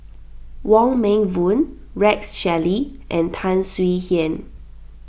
Wong Meng Voon Rex Shelley and Tan Swie Hian